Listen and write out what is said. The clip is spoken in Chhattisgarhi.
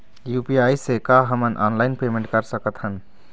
यू.पी.आई से का हमन ऑनलाइन पेमेंट कर सकत हन?